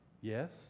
Yes